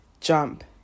jump